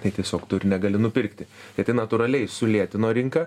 tai tiesiog tu ir negali nupirkti tai tai natūraliai sulėtino rinką